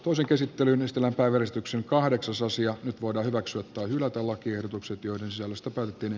uusi käsittelylistalla päivällistyksen kahdeksasosia voidaan hyväksyä tai hylätä lakiehdotukset joiden saamista varten